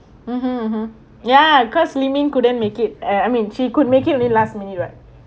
(uh huh) ya cause ling ming couldn't make it ya I mean she could make it really last minute [what]